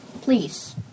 Please